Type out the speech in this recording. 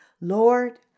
Lord